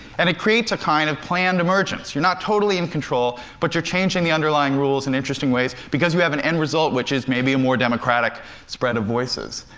and it creates a kind of planned emergence. you're not totally in control, but you're changing the underlying rules in interesting ways because you have an end result which is maybe a more democratic spread of voices.